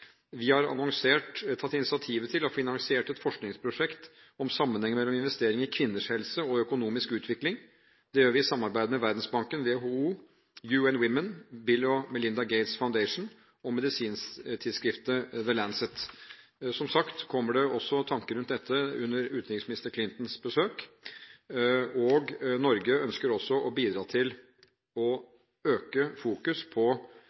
Vi har annonsert, tatt initiativet til og finansiert et forskningsprosjekt om sammenhengen mellom investering i kvinners helse og økonomisk utvikling. Det gjør vi i samarbeid med Verdensbanken, WHO, UN Women, Bill & Melinda Gates Foundation og medisintidsskriftet The Lancet. Som sagt kommer det også tanker rundt dette under utenriksminister Clintons besøk, og Norge ønsker også å bidra til å øke fokuset på